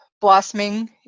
blossoming